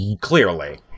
Clearly